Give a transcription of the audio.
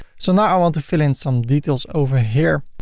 so now, i want to fill in some details over here.